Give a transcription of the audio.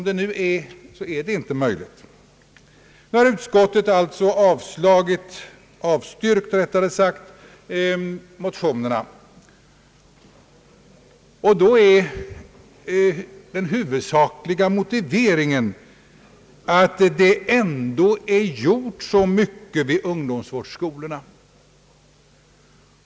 Det är för närvarande inte möjligt. Utskottet har avstyrkt motionerna med den huvudsakliga motiveringen att så mycket ändå har gjorts vid ungdomsvårdsskolorna.